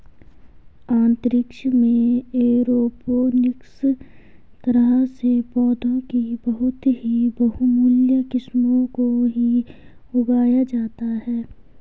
अंतरिक्ष में एरोपोनिक्स तरह से पौधों की बहुत ही बहुमूल्य किस्मों को ही उगाया जाता है